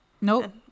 Nope